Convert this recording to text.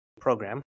program